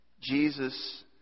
Jesus